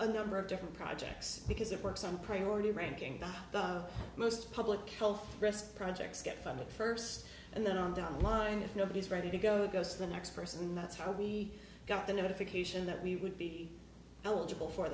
a number of different projects because it works on priority ranking but most public health risk projects get funded first and then on down the line if nobody's ready to go goes to the next person that's how we got the notification that we would be eligible for